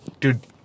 dude